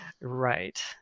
right